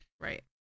Right